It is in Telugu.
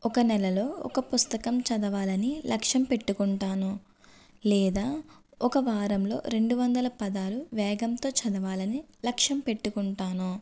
ఒక నెలలో ఒక పుస్తకం చదవాలని లక్ష్యం పెట్టుకుంటాను లేదా ఒక వారంలో రెండు వందలు పదాలు వేగంతో చదవాలని లక్ష్యం పెట్టుకుంటాను